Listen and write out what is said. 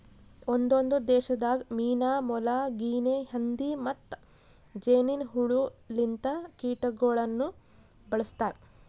ಒಂದೊಂದು ದೇಶದಾಗ್ ಮೀನಾ, ಮೊಲ, ಗಿನೆ ಹಂದಿ ಮತ್ತ್ ಜೇನಿನ್ ಹುಳ ಲಿಂತ ಕೀಟಗೊಳನು ಬಳ್ಸತಾರ್